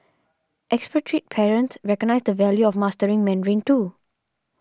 expatriate parents recognise the value of mastering Mandarin too